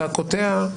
אתה קוטע.